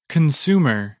Consumer